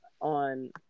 on